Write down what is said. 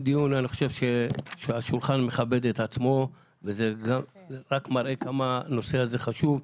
דיון שאני חושב שהשולחן מכבד את עצמו וזה רק מראה כמה הנושא הזה חשוב.